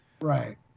Right